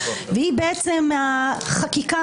והיא בעצם החקיקה.